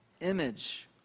image